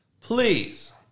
Please